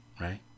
Right